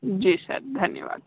जी sir धन्यवाद